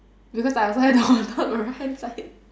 because I also have the water on my right hand side